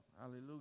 hallelujah